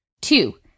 Two